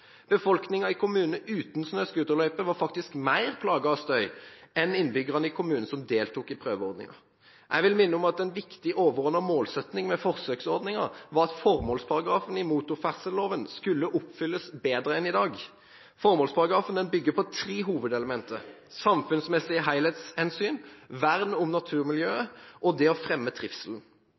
i kommuner uten snøscooterløyper var faktisk mer plaget av støy enn innbyggerne i kommuner som deltok i prøveordningen. Jeg vil minne om at en viktig overordnet målsetting med forsøksordningen var at formålsparagrafen i motorferdselloven skulle oppfylles bedre enn i dag. Formålsparagrafen bygger på tre hovedelementer: samfunnsmessig helhetssyn, vern om naturmiljøet og det å fremme trivselen.